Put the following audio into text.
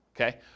okay